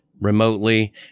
remotely